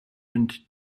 and